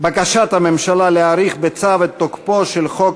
בקשת הממשלה להאריך בצו את תוקפו של חוק